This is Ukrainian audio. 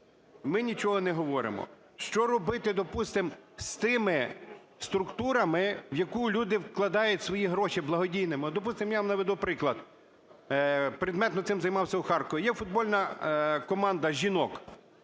Ми нічого не говоримо. Що робити, допустимо, з тими структурами, в які люди вкладають свої гроші благодійно? Допустимо, я вам наведу приклад, предметно цим займався у Харкові. Є футбольна команда жінок.